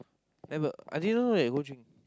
never I didn't know that they go drink